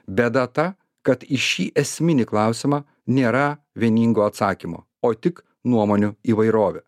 bėda ta kad į šį esminį klausimą nėra vieningo atsakymo o tik nuomonių įvairovė